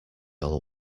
all